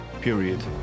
Period